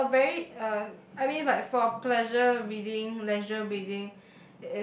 it's a very uh I mean but form pleasure reading leisure reading